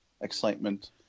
Excitement